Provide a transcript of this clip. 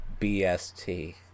BST